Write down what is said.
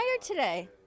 today